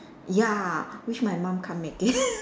ya which my mum can't make it